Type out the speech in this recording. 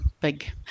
big